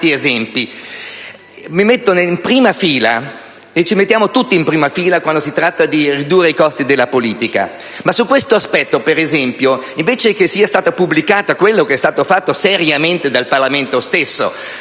Mi metto in prima fila e ci mettiamo tutti in prima fila quando si tratta di ridurre i costi della politica, ma su tale aspetto, per esempio, non è stato pubblicato quello che è stato fatto seriamente dal Parlamento stesso,